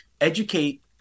educate